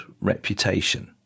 reputation